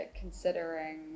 considering